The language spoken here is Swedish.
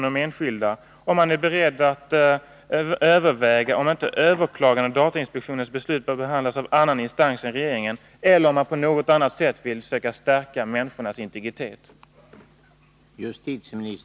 Är justitieministern beredd att överväga om inte överklaganden av datainspektionens beslut bör behandlas av annan 171 instans än regeringen? Eller är justitieministern beredd att på annat sätt söka stärka människornas integritet?